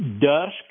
dusk